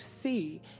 see